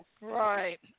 Right